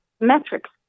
metrics